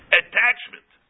attachment